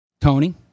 Tony